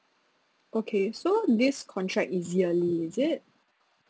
okay so this contract is yearly is it